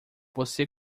você